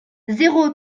zéro